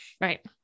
right